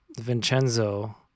Vincenzo